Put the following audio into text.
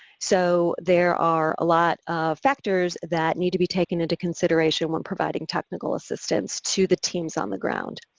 so there are a lot of factors that need to be taken into consideration when providing technical assistance to the teams on the ground.